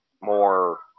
more